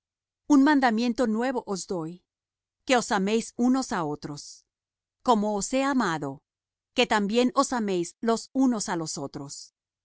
un mandamiento nuevo os doy que os améis unos á otros como os he amado que también os améis los unos á los otros